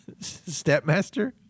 Stepmaster